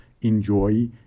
enjoy